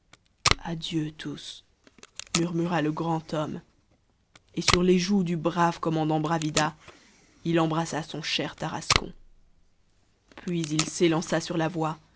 adieu tartarin adieu tous murmura le grand homme et sur les joues du brave commandant bravida il embrassa son cher tarascon puis il s'élança sur la voie